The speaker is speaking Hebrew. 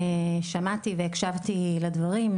שמעתי והקשבתי לדברים,